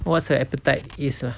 what's her appetite is lah